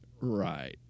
Right